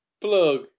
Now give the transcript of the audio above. plug